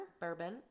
Bourbon